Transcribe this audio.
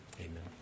Amen